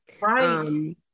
Right